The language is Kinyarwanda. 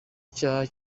cyaha